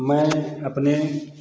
मैं अपने